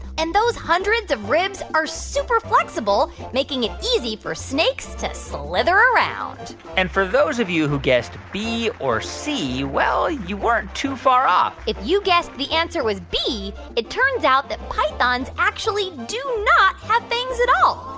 and those hundreds of ribs are super flexible, making it easy for snakes to slither around and for those of you who guessed b or c, well, you weren't too far off if you guessed the answer was b, it turns out that pythons actually do not have fangs at all.